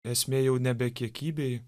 esmė jau nebe kiekybėj